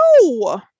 No